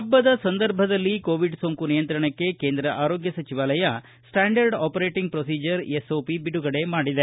ಹಬ್ಬದ ಸಂದರ್ಭದಲ್ಲಿ ಕೋವಿಡ್ ಸೋಂಕು ನಿಯಂತ್ರಣಕ್ಕೆ ಕೇಂದ್ರ ಆರೋಗ್ಯ ಸಚಿವಾಲಯ ಸ್ವಾಂಡರ್ಡ್ ಆಪರೇಟಿಂಗ್ ಪ್ರೊಸಿಜರ್ ಎಸ್ಒಪಿ ಬಿಡುಗಡೆ ಮಾಡಿದೆ